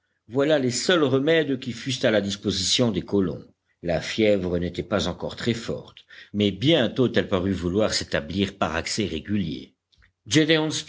voilà les seuls remèdes qui fussent à la disposition des colons la fièvre n'était pas encore très forte mais bientôt elle parut vouloir s'établir par accès réguliers